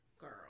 Girl